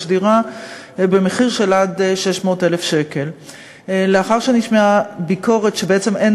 דירה במחיר של עד 600,000. לאחר שנשמעה ביקורת שבעצם אין